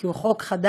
כי הוא חוק חדש,